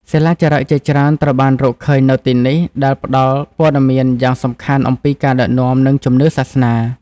សិលាចារឹកជាច្រើនត្រូវបានរកឃើញនៅទីនេះ ដែលផ្តល់ព័ត៌មានយ៉ាងសំខាន់អំពីការដឹកនាំ និងជំនឿសាសនា។